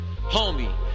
Homie